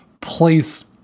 place